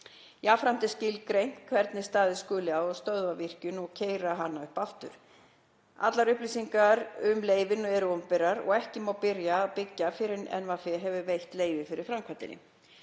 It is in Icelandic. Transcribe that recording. Jafnframt er skilgreint hvernig staðið skuli að því að stöðva virkjun og keyra síðan upp aftur. Allar upplýsingar um leyfin eru opinberar og ekki má byrja að byggja fyrr en NVE hefur veitt leyfi fyrir framkvæmdinni.